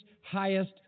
highest